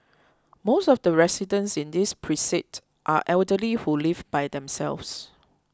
most of the residents in this precinct are elderly who live by themselves